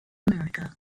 america